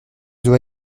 dois